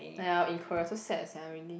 ya in Korea so sad sia really